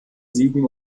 siegen